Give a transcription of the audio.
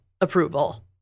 approval